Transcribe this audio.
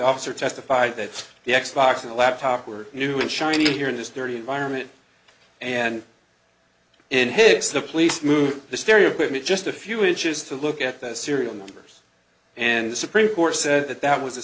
officer testified that the x box and a laptop were new and shiny here in this very environment and in hicks the police moved the stereo equipment just a few inches to look at the serial numbers and the supreme court said that that was